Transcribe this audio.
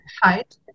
height